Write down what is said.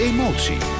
Emotie